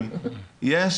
יש עובדים סוציאליים,